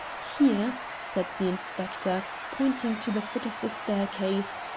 here, said the inspector, pointing to the foot of the staircase,